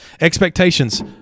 Expectations